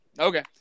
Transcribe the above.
Okay